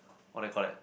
what do you call that